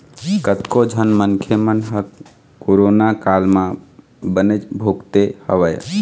कतको झन मनखे मन ह कोरोना काल म बनेच भुगते हवय